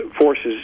forces